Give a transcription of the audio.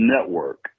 Network